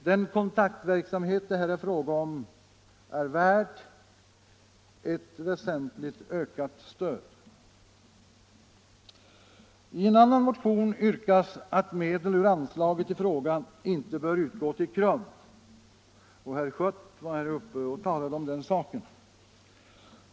Den kontaktverksamhet det här är fråga om är värd ett väsentligt ökat stöd. I en annan motion sägs att medel ur anslaget i fråga inte bör utgå till KRUM. Herr Schött har tidigare talat om den saken.